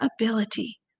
ability